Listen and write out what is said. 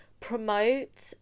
Promote